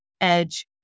edge